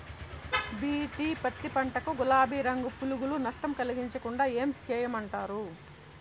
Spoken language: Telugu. బి.టి పత్తి పంట కు, గులాబీ రంగు పులుగులు నష్టం కలిగించకుండా ఏం చేయమంటారు?